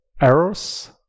errors